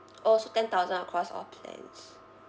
orh so ten thousand across all plans